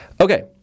Okay